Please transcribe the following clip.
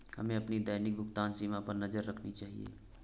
हमें अपनी दैनिक भुगतान सीमा पर नज़र रखनी चाहिए